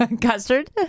custard